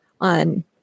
on